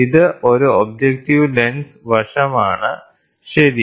ഇത് ഒരു objective lens വശമാണ് ശരി